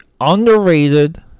Underrated